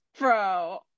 Bro